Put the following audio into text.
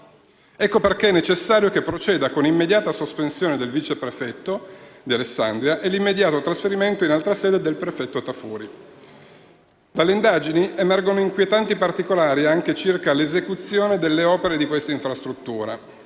Ecco perché è necessario che proceda con l'immediata sospensione del vice prefetto di Alessandria e l'immediato trasferimento ad altra sede del prefetto Tafuri. Dalle indagini emergono inquietanti particolari circa l'esecuzione delle opere di questa infrastruttura: